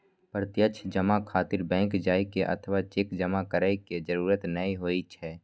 प्रत्यक्ष जमा खातिर बैंक जाइ के अथवा चेक जमा करै के जरूरत नै होइ छै